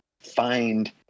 find